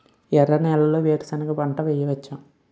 ఎర్ర నేలలో వేరుసెనగ పంట వెయ్యవచ్చా?